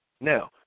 Now